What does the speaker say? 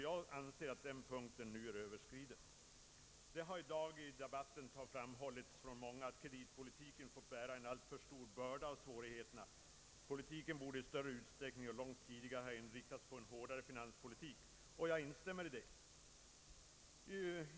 Jag anser att den punkten nu är överskriden. Det har i dag i debatten framhållits av många att kreditpolitiken fått bära en alltför stor börda av svårigheterna. Politiken borde, betonar man, i större utsträckning och långt tidigare ha inriktats på en fastare finanspolitik. Jag instämmer i detta.